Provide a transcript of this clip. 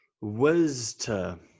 Wisdom